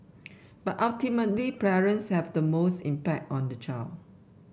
but ultimately parents have the most impact on the child